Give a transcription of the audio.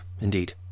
Indeed